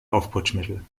aufputschmittel